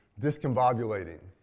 discombobulating